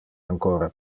ancora